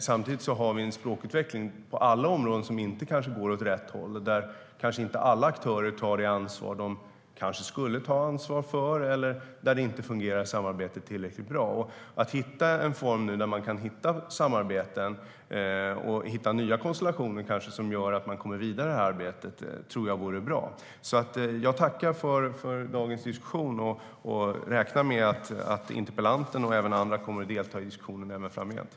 Samtidigt är det kanske på alla områden en språkutveckling som inte går åt rätt håll och där alla aktörer inte tar ansvar för det som de skulle ta ansvar för, och samarbetet kanske inte fungerar tillräckligt bra. Jag tror att det vore bra att hitta former för samarbeten och nya konstellationer som gör att man kommer vidare i det här arbetet.